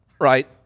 right